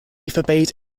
forbade